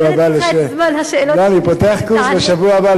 בשבוע הבא,